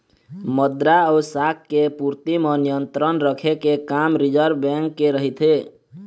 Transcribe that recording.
मद्रा अउ शाख के पूरति म नियंत्रन रखे के काम रिर्जव बेंक के रहिथे